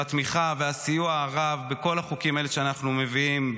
התמיכה והסיוע הרב בכל החוקים האלה שאנחנו מביאים,